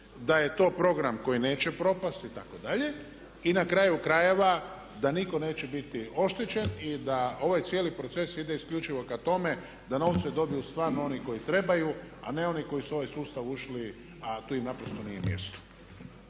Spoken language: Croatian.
da je to program koji neće propasti itd. i na kraju krajeva da nitko neće biti oštećen i da ovaj cijeli proces ide isključivo ka tome da novce dobiju stvarno oni koji trebaju a ne oni koji su ovaj sustav ušli a tu im naprosto nije mjesto.